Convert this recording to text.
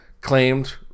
claimed